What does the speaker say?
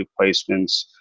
placements